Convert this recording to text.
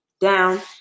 down